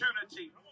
opportunity